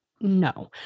no